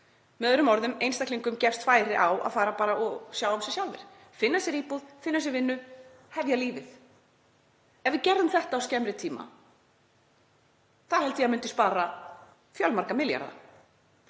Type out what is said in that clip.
Með öðrum orðum, einstaklingum gefst færi á að fara bara og sjá um sig sjálfir, finna sér íbúð, finna sér vinnu, hefja lífið. Ef við gerðum þetta á skemmri tíma þá held ég að það myndi spara fjölmarga milljarða.